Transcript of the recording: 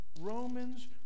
Romans